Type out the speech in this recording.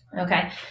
Okay